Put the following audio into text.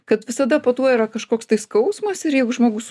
kad visada po tuo yra kažkoks tai skausmas ir jeigu žmogus